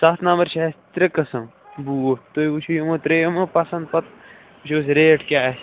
ستھ نمبر چھِ اَسہِ ترٛےٚ قٕسٕم بوٗٹ تُہۍ وٕچھِو یِمو ترٛیٚیو مہ پسند پتہٕ وٕچھو أسۍ ریٹ کیٛاہ آسہِ